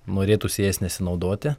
norėtųsi jais nesinaudoti